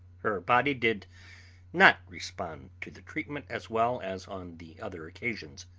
her body did not respond to the treatment as well as on the other occasions.